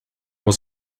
was